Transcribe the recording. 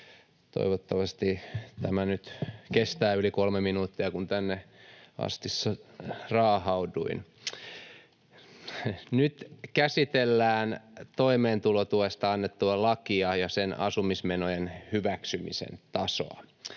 Toivottavasti tämä nyt kestää yli kolme minuuttia, kun tänne korokkeelle asti raahauduin. — Nyt käsitellään toimeentulotuesta annettua lakia ja sen asumismenojen hyväksymisen tasoa.